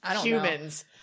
humans